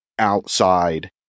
Outside